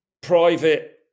private